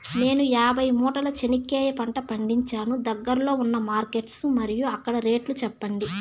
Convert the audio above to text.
నేను యాభై మూటల చెనక్కాయ పంట పండించాను దగ్గర్లో ఉన్న మార్కెట్స్ మరియు అక్కడ రేట్లు చెప్పండి?